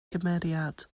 gymeriad